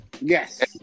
Yes